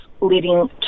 leading